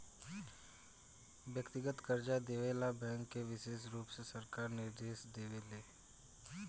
व्यक्तिगत कर्जा देवे ला बैंक के विशेष रुप से सरकार निर्देश देवे ले